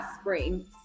spring